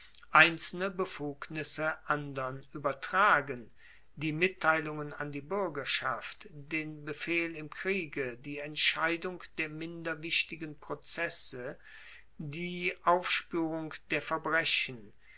einzelne befugnisse andern uebertragen die mitteilungen an die buergerschaft den befehl im kriege die entscheidung der minder wichtigen prozesse die aufspuerung der verbrechen